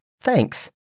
Thanks